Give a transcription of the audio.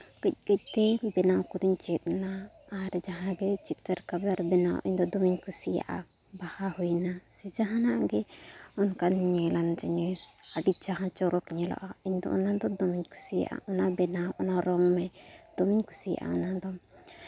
ᱠᱟᱹᱡ ᱠᱟᱹᱡ ᱛᱮ ᱵᱮᱱᱟᱣ ᱠᱚᱫᱚᱧ ᱪᱮᱫ ᱮᱱᱟ ᱟᱨ ᱡᱟᱦᱟᱸ ᱜᱮ ᱪᱤᱛᱟᱹᱨ ᱠᱟᱵᱷᱟᱨ ᱵᱮᱱᱟᱣ ᱤᱧᱫᱚ ᱫᱚᱢᱮᱧ ᱠᱩᱥᱤᱭᱟᱜᱼᱟ ᱵᱟᱦᱟ ᱦᱩᱭᱱᱟ ᱥᱮ ᱡᱟᱦᱟᱱᱟᱜ ᱜᱮ ᱚᱱᱠᱟᱱ ᱧᱮᱞᱟᱱ ᱡᱤᱱᱤᱥ ᱟᱹᱰᱤ ᱡᱟᱦᱟᱸ ᱪᱚᱨᱚᱠ ᱧᱮᱞᱚᱜᱼᱟ ᱤᱧᱫᱚ ᱚᱱᱟᱫᱚ ᱫᱚᱢᱮᱧ ᱠᱩᱥᱤᱭᱟᱜᱼᱟ ᱚᱱᱟ ᱵᱮᱱᱟᱣ ᱚᱱᱟ ᱨᱚᱝ ᱢᱮ ᱫᱚᱢᱮᱧ ᱠᱩᱥᱤᱭᱟᱜᱼᱟ ᱚᱱᱟᱫᱚ